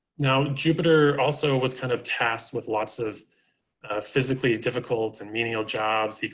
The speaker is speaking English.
now, jupiter also was kind of tasked with lots of physically difficult and menial jobs.